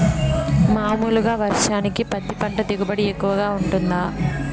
మామూలుగా వర్షానికి పత్తి పంట దిగుబడి ఎక్కువగా గా వుంటుందా?